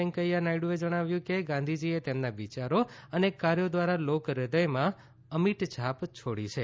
વેકૈયા નાયડુએ જણાવ્યું કે ગાંધીજીએ તેમના વિચારો અને કાર્યો ધ્વારા લોક હદયમાં અમિટ છાપ છોડી છે